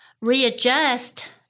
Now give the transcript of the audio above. readjust